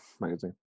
magazine